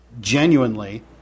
genuinely